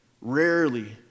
rarely